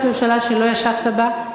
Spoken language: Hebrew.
יש ממשלה שלא ישבת בה,